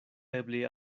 eble